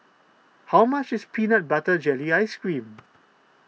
how much is Peanut Butter Jelly Ice Cream